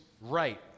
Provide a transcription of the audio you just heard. right